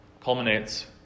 culminates